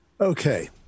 Okay